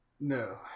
No